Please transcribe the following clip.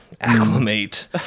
acclimate